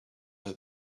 them